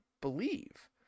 believe